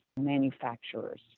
manufacturers